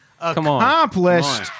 accomplished